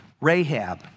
Rahab